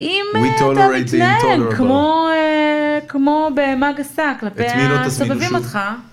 אם אתה מתנהג כמו במאגסה כלפי הסובבים אתך.